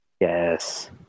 Yes